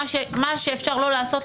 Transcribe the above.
מה שאפשר לעשות,